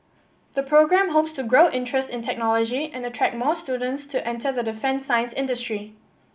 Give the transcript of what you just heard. the programme hopes to grow interest in technology and attract more students to enter the defence science industry